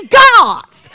gods